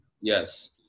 Yes